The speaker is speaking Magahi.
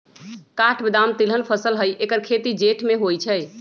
काठ बेदाम तिलहन फसल हई ऐकर खेती जेठ में होइ छइ